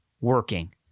working